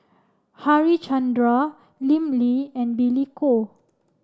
Harichandra Lim Lee and Billy Koh